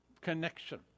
connection